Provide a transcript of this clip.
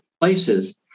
places